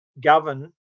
govern